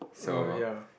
err ya